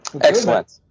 Excellent